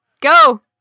Go